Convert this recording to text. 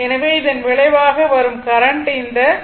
எனவே இதன் விளைவாக வரும் கரண்ட் இந்த 140